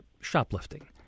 shoplifting